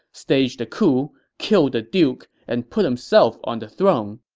staged a coup, killed the duke, and put himself on the throne.